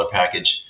package